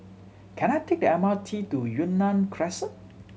can I take the M R T to Yunnan Crescent